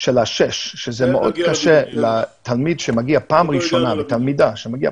זה מאוד קשה לתלמיד ותלמידה שמגיעים